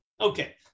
Okay